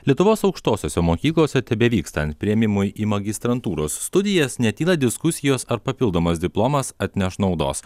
lietuvos aukštosiose mokyklose tebevykstant priėmimui į magistrantūros studijas netyla diskusijos ar papildomas diplomas atneš naudos